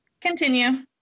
continue